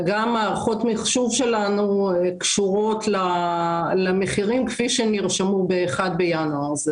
וגם מערכות המחשוב שלנו קשורות למחירים כפי שנרשמו ב-1 בינואר.